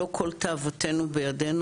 לא כל תאוותנו בידינו.